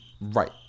Right